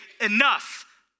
Enough